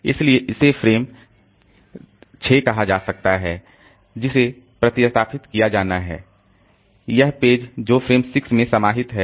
इसलिए इसे फ्रेम 6 कहा जा सकता है जिसे प्रतिस्थापित किया जाना है वह पेज है जो फ्रेम 6 में समाहित है